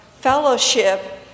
fellowship